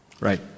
Right